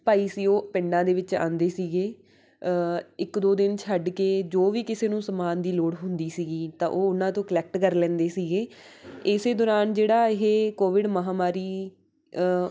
ਭਾਈ ਸੀ ਉਹ ਪਿੰਡਾਂ ਦੇ ਵਿੱਚ ਆਉਂਦੇ ਸੀਗੇ ਇੱਕ ਦੋ ਦਿਨ ਛੱਡ ਕੇ ਜੋ ਵੀ ਕਿਸੇ ਨੂੰ ਸਮਾਨ ਦੀ ਲੋੜ ਹੁੰਦੀ ਸੀਗੀ ਤਾਂ ਉਹ ਉਹਨਾਂ ਤੋਂ ਕਲੈਕਟ ਕਰ ਲੈਂਦੇ ਸੀਗੇ ਇਸੇ ਦੌਰਾਨ ਜਿਹੜਾ ਇਹ ਕੋਵਿਡ ਮਹਾਂਮਾਰੀ